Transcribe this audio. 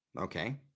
Okay